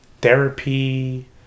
therapy